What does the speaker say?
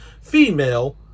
female